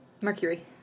Mercury